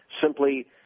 simply